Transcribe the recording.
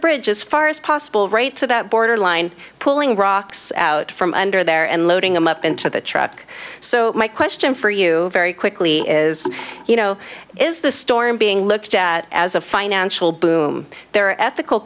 bridge as far as possible right to that border line pulling rocks out from under there and loading them up into the truck so my question for you very quickly is as you know is the story in being looked at as a financial boom there are ethical